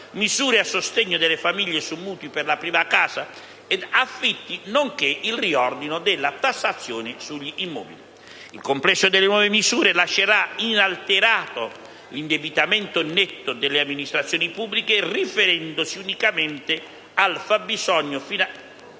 misure a sostegno delle famiglie su mutui per la prima casa ed affitti, nonché il riordino della tassazione sugli immobili. Il complesso delle nuove misure lascerà inalterato l'indebitamento netto delle amministrazioni pubbliche riferendosi unicamente al fabbisogno finanziario